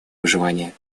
выживания